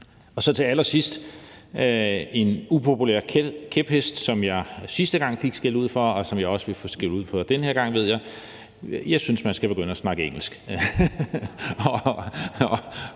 vil jeg nævne en upopulær kæphest, som jeg sidste gang fik skældud for, og som jeg også vil få skældud for den her gang, ved jeg. Jeg synes, man skal begynde at snakke engelsk.